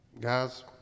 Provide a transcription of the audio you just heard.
guys